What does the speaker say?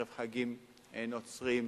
ערב חגים נוצריים,